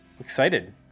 excited